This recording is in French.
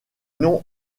non